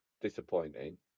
disappointing